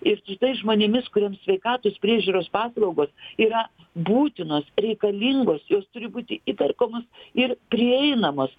ir su tais žmonėmis kuriems sveikatos priežiūros paslaugos yra būtinos reikalingos jos turi būti įperkamos ir prieinamos